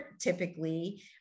typically